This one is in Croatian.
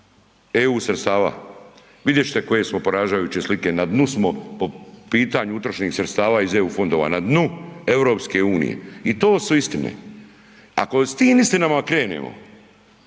eu sredstava, vidjet ćete koje smo poražavajuće slike, na dnu smo po pitanju utrošenih sredstava iz eu fondova, na dnu EU. I to su istine. Ako s tim istinama krenemo